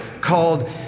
called